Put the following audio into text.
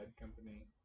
company